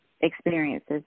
Experiences